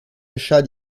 geschah